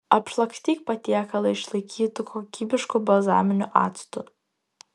apšlakstyk patiekalą išlaikytu kokybišku balzaminiu actu